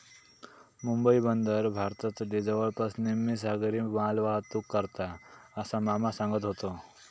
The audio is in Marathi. मुंबई बंदर भारतातली जवळपास निम्मी सागरी मालवाहतूक करता, असा मामा सांगत व्हतो